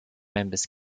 members